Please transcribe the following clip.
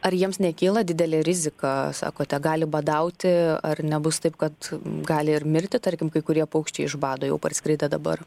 ar jiems nekyla didelė rizika sakote gali badauti ar nebus taip kad gali ir mirti tarkim kai kurie paukščiai iš bado jau parskridę dabar